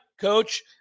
Coach